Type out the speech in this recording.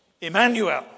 Emmanuel